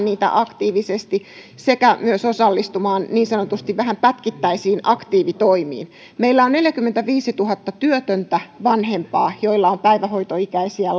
niitä aktiivisesti sekä myös osallistumaan niin sanotusti vähän pätkittäisiin aktiivitoimiin meillä on neljäkymmentäviisituhatta työtöntä vanhempaa joilla on päivähoitoikäisiä